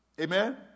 Amen